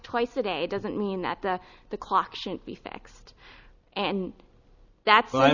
twice a day doesn't mean that the the clock shouldn't be fixed and that's wh